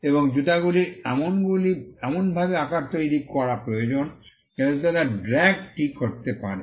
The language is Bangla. এবং জুতাগুলির এমনভাবে আকার তৈরি করা প্রয়োজন যাতে তারা ড্র্যাগটি কাটতে পারে